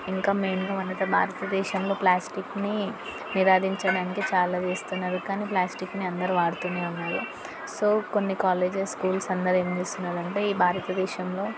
ఇంకా మెయిన్గా మనకు భారతదేశంలో ప్లాస్టిక్ని నిరొధించడానికి చాలా చేస్తున్నారు కానీ ప్లాస్టిక్ని అందరూ వాడుతూనే ఉన్నారు సో కొన్ని కాలేజెస్ స్కూల్స్ అందరూ ఏం చేస్తున్నారు అంటే ఈ భారతదేశంలో